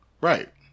Right